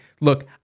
look